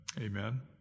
Amen